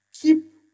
keep